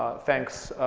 thanks